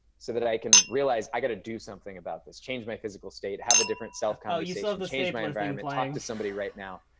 so that i can realize i got to do something about this, change my physical state, have a different self-conversation, change my environment, talk to somebody right now.